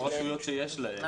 -- או רשויות שיש להן.